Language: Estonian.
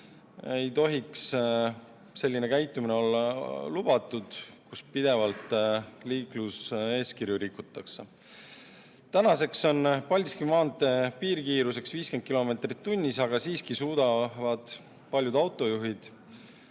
ei tohiks selline käitumine olla lubatud, kus pidevalt liikluseeskirju rikutakse. Tänaseks on Paldiski maantee piirkiiruseks 50 kilomeetrit tunnis, aga siiski suudavad paljud autojuhid